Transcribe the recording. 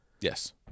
Yes